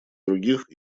других